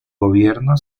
gobierno